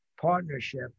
partnership